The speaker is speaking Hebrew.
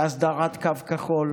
הסדרת קו כחול,